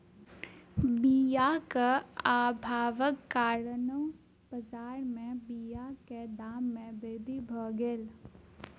बीयाक अभावक कारणेँ बजार में बीयाक दाम में वृद्धि भअ गेल